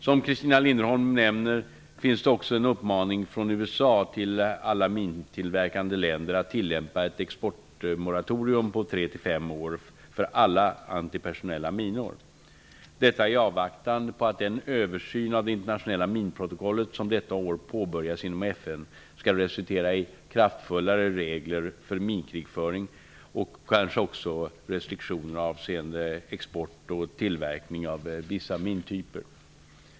Som Christina Linderholm nämner, finns det också en uppmaning från USA till alla mintillverkande länder att tillämpa ett exportmoratorium på 3--5 år för alla antipersonella minor -- detta i avvaktan på att den översyn av det internationella minprotokollet, som detta år påbörjas inom FN, skall resultera i kraftfullare regler för minkrigföring och kanske också restriktioner avseende export och tillverkning av vissa mintyper.